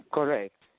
Correct